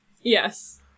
Yes